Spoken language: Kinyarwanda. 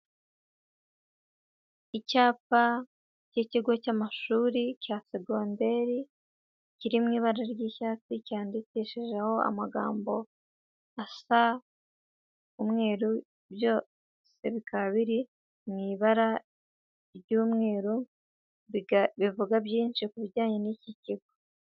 Icyapa k'ikigo cy'amashuri cya segonderi, kiri mu ibara ry'icyatsi cyandikishijeho amagambo asa umweru, byose bikaba biri mu ibara ry'umweru bivuga byinshi ku bijyanye n'iki kigo.